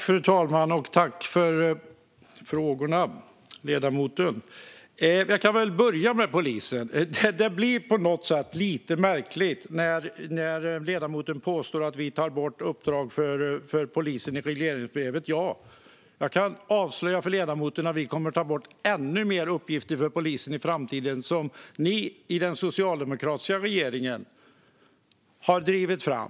Fru talman! Jag ska börja med frågan om polisen. Det är lite märkligt att ledamoten påstår att vi tar bort uppdrag för polisen i regleringsbrevet. Ja, det gör vi. Och jag kan avslöja för ledamoten att vi kommer att ta bort ännu fler uppgifter för polisen i framtiden, uppgifter som ni i den socialdemokratiska regeringen har drivit fram.